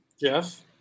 Jeff